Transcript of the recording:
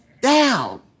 down